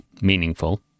meaningful